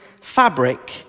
fabric